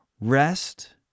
Rest